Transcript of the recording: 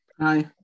Hi